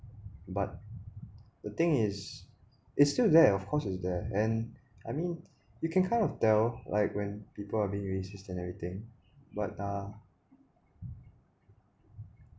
but the thing is is still there of course it's there and I mean you can kind of tell like when people are being racist and everything but uh